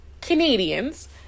Canadians